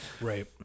Right